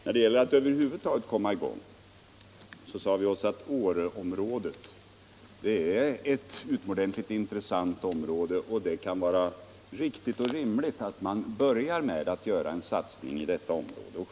När det gällde att över huvud taget komma i gång med denna verk samhet sade vi oss att Åreområdet var utomordentligt intressant och att det kunde vara riktigt och rimligt att börja med en satsning i det området.